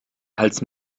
als